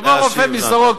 יבוא רופא מ"סורוקה"